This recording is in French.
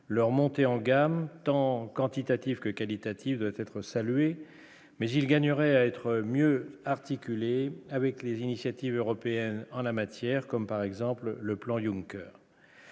leur montée en gamme tant quantitatif que qualitatif doit être salué, mais il gagnerait à être mieux articuler avec les initiatives européennes en la matière, comme par exemple le plan Junker.